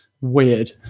weird